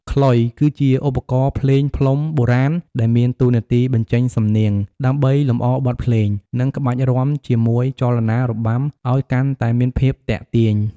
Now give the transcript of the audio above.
ខ្លុយ គឺជាឧបករណ៍ភ្លេងផ្លុំបុរាណ ដែលមានតួនាទីបញ្ចេញសំនៀង ដើម្បីលម្អបទភ្លេង និងក្បាច់រាំជាមួយចលនារបាំ ឲ្យកាន់តែមានភាពទាក់ទាញ។